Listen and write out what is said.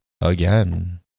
again